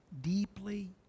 deeply